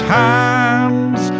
hands